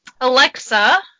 Alexa